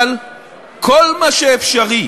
אבל כל מה שאפשרי